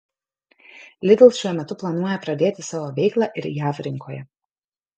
lidl šiuo metu planuoja pradėti savo veiklą ir jav rinkoje